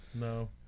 No